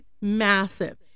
massive